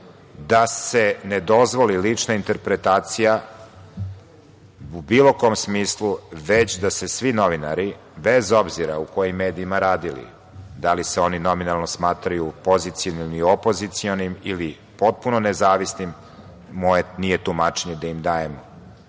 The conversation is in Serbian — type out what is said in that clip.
da se ne dozvoli lična interpretacija u bilo kom smislu, već da se svi novinari, bez obzira u kojim medijima radili, da li se oni nominalno smatraju pozicionim ili opozicionim, ili potpuno nezavisnim, moje nije tumačenje da im dajem